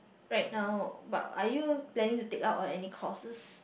right now but are you planning to take up on any courses